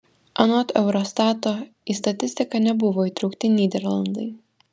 anot eurostato į statistiką nebuvo įtraukti nyderlandai